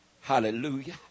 Hallelujah